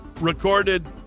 recorded